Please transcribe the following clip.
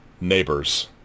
neighbors